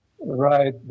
Right